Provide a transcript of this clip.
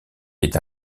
est